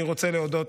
אני רוצה להודות